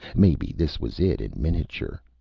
maybe this was it in miniature.